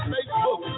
Facebook